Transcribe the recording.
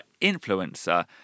influencer